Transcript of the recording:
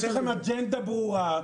יש לכם אג'נדה ברורה.